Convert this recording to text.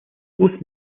both